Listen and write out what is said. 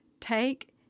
Take